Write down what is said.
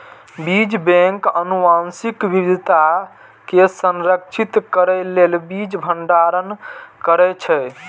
बीज बैंक आनुवंशिक विविधता कें संरक्षित करै लेल बीज भंडारण करै छै